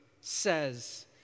says